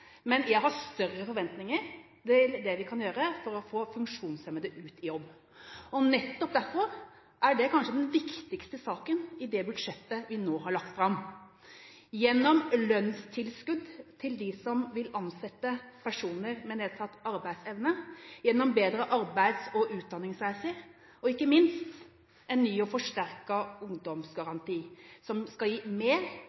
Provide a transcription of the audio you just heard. men jeg har større forventninger til hva vi kan gjøre for å få funksjonshemmede ut i jobb. Nettopp derfor er det kanskje den viktigste saken i det budsjettet vi nå har lagt fram – gjennom lønnstilskudd til dem som vil ansette personer med nedsatt arbeidsevne, gjennom bedre arbeids- og utdanningsreiser, og ikke minst en ny og